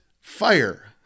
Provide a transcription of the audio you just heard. fire